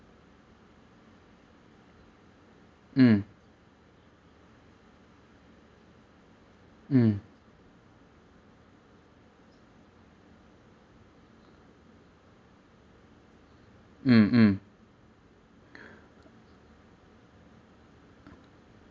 mm mm mm mm